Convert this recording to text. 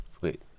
Wait